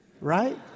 right